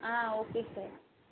ah okay sir